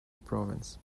province